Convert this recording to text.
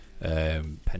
pen